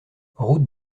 route